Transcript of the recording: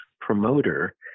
promoter